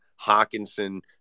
Hawkinson